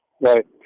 Right